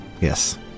yes